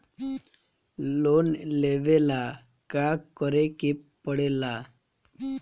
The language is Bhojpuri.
लोन लेबे ला का करे के पड़े ला?